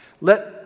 Let